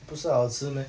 不是好吃 meh